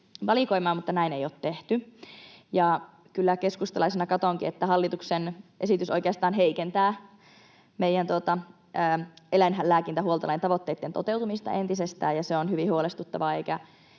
mutta näin ei ole tehty. Kyllä keskustalaisena katsonkin, että hallituksen esitys oikeastaan heikentää meidän eläinlääkintähuoltolain tavoitteitten toteutumista entisestään. Se on hyvin huolestuttavaa,